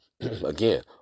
again